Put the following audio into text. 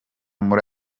muri